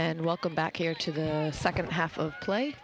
and welcome back here to the second half of pla